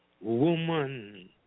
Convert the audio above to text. woman